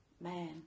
man